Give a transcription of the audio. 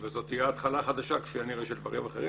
זאת תהיה התחלה חדשה כשנראה שיש דברים אחרים